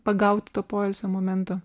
pagaut to poilsio momento